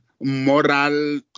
moral